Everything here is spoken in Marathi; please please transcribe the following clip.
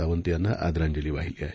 सावंत यांना आदरांजली वाहिली आहे